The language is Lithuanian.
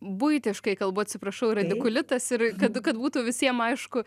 buitiškai kalbu atsiprašau radikulitas ir kad kad būtų visiem aišku